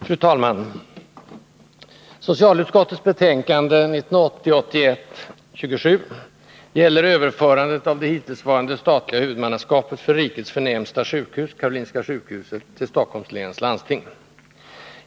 Fru talman! Socialutskottets betänkande 1980/81:27 gäller överförandet av det hittillsvarande statliga huvudmannaskapet för rikets förnämsta sjukhus — Karolinska sjukhuset — till Stockholms läns landsting.